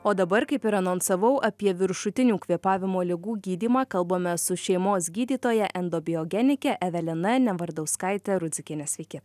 o dabar kaip ir anonsavau apie viršutinių kvėpavimo ligų gydymą kalbamės su šeimos gydytoja endobiogenike evelina nevardauskaite rudzikiene sveiki